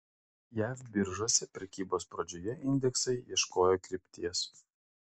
jav biržose prekybos pradžioje indeksai ieškojo krypties